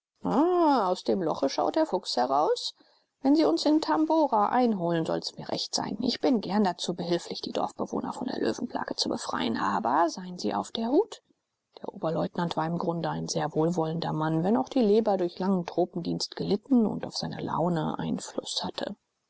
aus dem loche schaut der fuchs heraus wenn sie uns in tabora einholen soll es mir recht sein ich bin gern dazu behilflich die dorfbewohner von der löwenplage zu befreien aber seien sie auf der hut der oberleutnant war im grunde ein sehr wohlwollender mann wenn auch die leber durch langen tropendienst gelitten und auf seine laune einfluß hatte